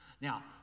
Now